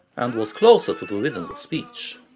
and was closer to the rhythms of speech.